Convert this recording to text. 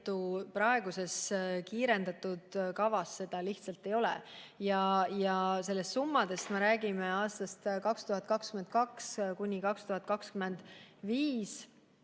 praeguses kiirendatud kavas seda lihtsalt ei ole. Summadest me räägime aastail 2022–2025.